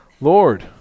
Lord